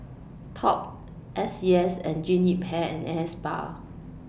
Top S C S and Jean Yip Hair and Hair Spa